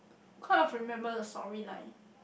quite of remember the story like